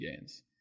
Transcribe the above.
gains